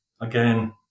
again